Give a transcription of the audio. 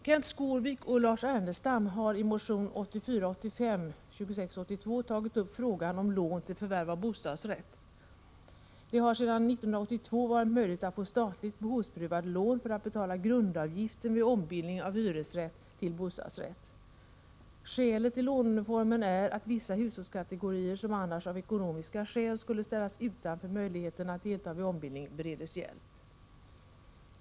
Kenth Skårvik och Lars Ernestam har i motion 1984/85:2682 tagit upp frågan om lån till förvärv av bostadsrätt. Det har sedan 1982 varit möjligt att få statligt behovsprövade lån för att betala grundavgiften vid ombildning av hyresrätt till bostadsrätt. Skälet till låneformen är att vissa hushållskategorier, som annars av ekonomiska skäl skulle ställas utanför möjligheten att delta vid ombildning, bereds hjälp.